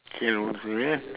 can also eh